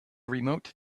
remote